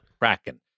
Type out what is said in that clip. Kraken